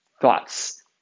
thoughts